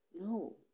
No